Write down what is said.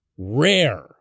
Rare